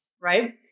right